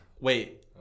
Wait